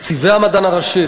תקציבי המדען הראשי.